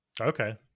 okay